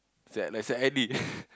set lah set I_D